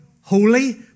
holy